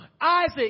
Isaac